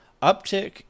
Uptick